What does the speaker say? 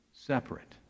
separate